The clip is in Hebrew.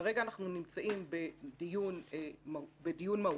כרגע אנחנו נמצאים בדיון מהותי,